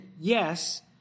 yes